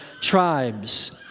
tribes